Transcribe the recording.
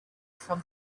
from